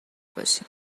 باشیم